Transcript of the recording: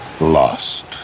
lost